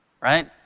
right